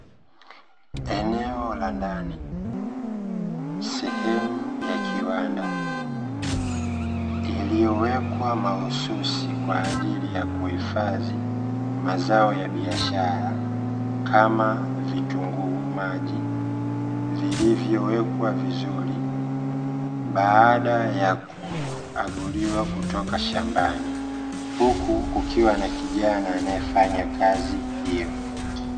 Eneo la ndani sehemu ya kiwanda iliyowekwa mahususi kwa ajili ya kuhifadhi mazao ya biashara kama vitunguu maji, vilivyowekwa vizuri baada ya kuaguliwa kutoka shambani huku kukiwa na kijana anayefanya kazi hiyo.